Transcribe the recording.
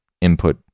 input